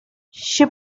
she